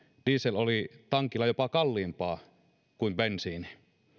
diesel oli tankilla jopa kalliimpaa kuin bensiini